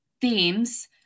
themes